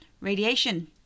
radiation